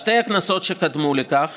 שתי הכנסות שקדמו לכך